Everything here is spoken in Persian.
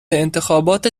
انتخابات